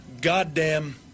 goddamn